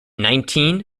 nineteen